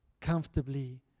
Comfortably